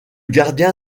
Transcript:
gardien